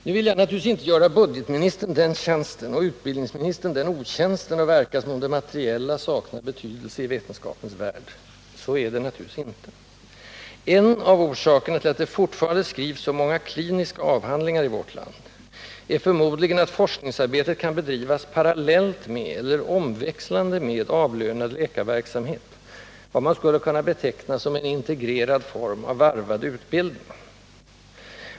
Nu vill jag naturligtvis inte göra budgetministern den tjänsten — och utbildningsministern den otjänsten — att verka som om det materiella saknar betydelse i vetenskapens värld. Så är det naturligtvis inte. En av orsakerna till att det fortfarande skrivs så många kliniska avhandlingar i vårt land är förmodligen att forskningsarbetet kan bedrivas parallellt med, eller omväxlande med, avlönad läkarverksamhet, vad man skulle kunna beteckna som en integrerad form av ”varvad utbildning”.